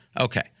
Okay